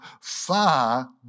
far